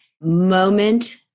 moment